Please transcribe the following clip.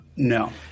No